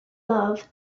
love